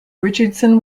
richardson